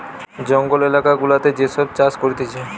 জঙ্গল এলাকা গুলাতে যে সব চাষ করতিছে